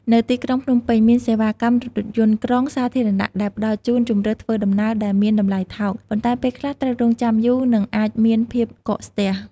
នៅទីក្រុងភ្នំពេញ មានសេវាកម្មរថយន្តក្រុងសាធារណៈដែលផ្តល់ជូនជម្រើសធ្វើដំណើរដែលមានតម្លៃថោក ប៉ុន្តែពេលខ្លះត្រូវរង់ចាំយូរ និងអាចមានភាពកកស្ទះ។